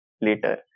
later